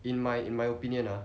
in my in my opinion ah